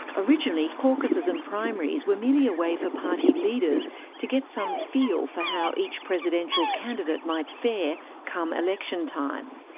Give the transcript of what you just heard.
originally, caucuses and primaries were merely a way for party leaders to get some feel for how each presidential candidate might fare come election time.